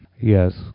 Yes